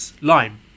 lime